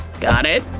got it?